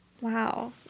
Wow